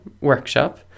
workshop